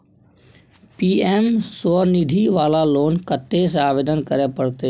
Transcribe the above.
PM Svanidhi वाला loan कत्ते से आवेदन करे परतै?